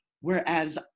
whereas